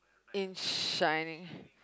in shining